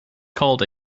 called